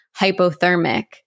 hypothermic